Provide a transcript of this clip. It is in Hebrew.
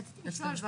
רציתי לשאול,